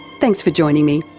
thanks for joining me.